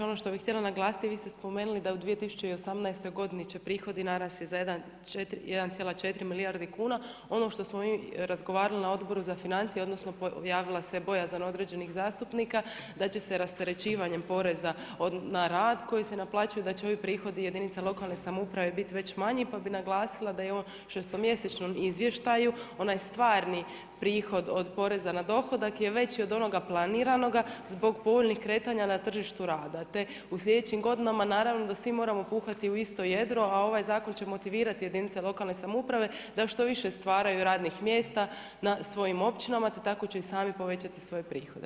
Ono što bi htjela naglasiti vi ste spomenuli da u 2018. godini će prihodi narasti za 1,4 milijarde kuna, ono što smo mi razgovarali na Odboru za financije odnosno pojavila se bojazan određenih zastupnika da će se rasterećivanjem poreza na rad koji se naplaćuje da će ovi prihodi jedinica lokalne samouprave biti već manji, pa bi naglasila je u šestomjesečnom izvještaju onaj stvarni prihod od poreza na dohodak je veći od onoga planiranoga zbog povoljnih kretanja na tržištu rada te u sljedećim godinama naravno da svi moramo puhati u isto jedro a ovaj zakon će motivirati jedinice lokalne samouprave da što više stvaraju radnih mjesta na svojim općinama te tako će i sami povećati svoje prihode.